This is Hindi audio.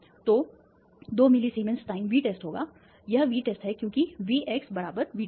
तो 2 millisiemens time V test होगा यह वी टेस्ट है क्योंकि वी एक्स वी टेस्ट